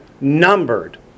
numbered